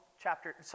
chapter